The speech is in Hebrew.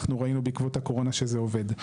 אנחנו ראינו בעקבות הקורונה שזה עובד.